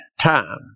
time